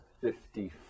fifty